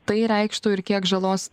tai reikštų ir kiek žalos